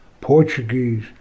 Portuguese